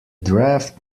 draft